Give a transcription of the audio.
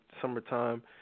summertime